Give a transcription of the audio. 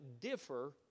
differ